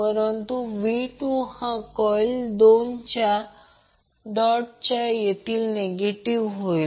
परंतु v2 हा coil दोनच्या डॉटच्या येथे नेगिटिव्ह होईल